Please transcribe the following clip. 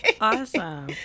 Awesome